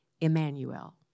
Emmanuel